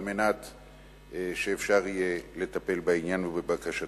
כדי שאפשר יהיה לטפל בעניין ובבקשתו.